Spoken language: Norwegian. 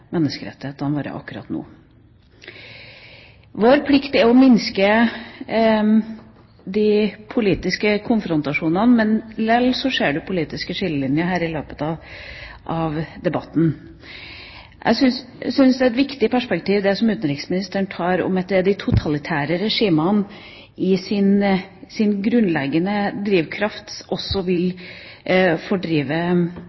menneskerettighetene våre akkurat nå. Vår plikt er å minske de politiske konfrontasjonene, men likevel har man sett politiske skillelinjer her i løpet av debatten. Jeg synes det er et viktig perspektiv det som utenriksministeren tar opp, at de totalitære regimene i sin grunnleggende drivkraft også